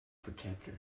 protector